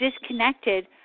disconnected